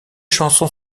chansons